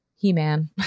He-Man